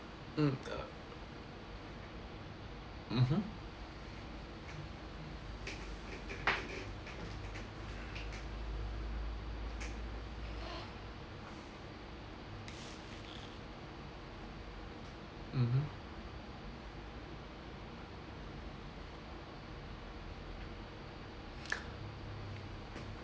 mm uh mmhmm mmhmm